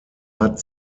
hat